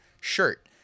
shirt